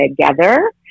together